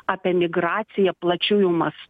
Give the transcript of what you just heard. apie migraciją plačiųjų mas